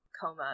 coma